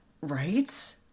Right